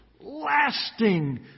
lasting